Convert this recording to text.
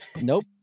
Nope